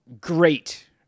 great